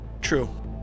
True